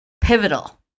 pivotal